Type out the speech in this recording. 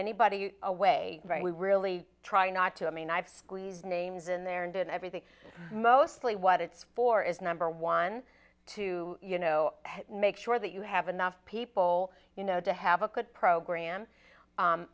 anybody away right we really try not to i mean i've squeezed names in there and in everything mostly what it's for is number one to you know make sure that you have enough people you know to have a good program